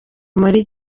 muri